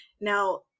Now